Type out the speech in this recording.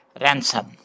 ransom